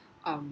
um